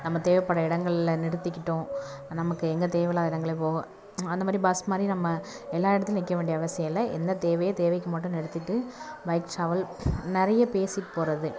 நம்ம தேவைப்பட இடங்களில் நிறுத்திகிட்டோம் நமக்கு எங்கே தேவையில்லாத இடங்களை அந்தமாதிரி பஸ் மாதிரி நம்ம எல்லா இடத்துலையும் நிற்க வேண்டிய அவசியம் இல்லை என்ன தேவையோ தேவைக்கு மட்டும் நிறுத்திகிட்டு பைக் ட்ராவல் நிறைய பேசிகிட்டு போகிறது